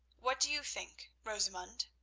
what do you think, rosamund?